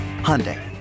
Hyundai